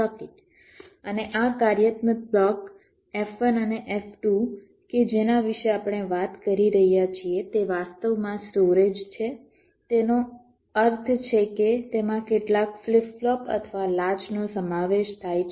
અને આ કાર્યાત્મક બ્લોક F1 અને F2 કે જેના વિશે આપણે વાત કરી રહ્યા છીએ તે વાસ્તવમાં સ્ટોરેજ છે જેનો અર્થ છે કે તેમાં કેટલાક ફ્લિપ ફ્લોપ અથવા લાચ નો સમાવેશ થાય છે